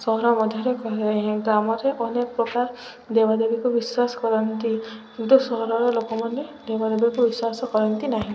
ସହର ମଧ୍ୟରେ ଗ୍ରାମରେ ଅନେକ ପ୍ରକାର ଦେବାଦେବୀକୁ ବିଶ୍ଵାସ କରନ୍ତି କିନ୍ତୁ ସହରର ଲୋକମାନେ ଦେବାଦେବୀକୁ ବିଶ୍ୱାସ କରନ୍ତି ନାହିଁ